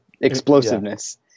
explosiveness